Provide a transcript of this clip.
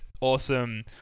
awesome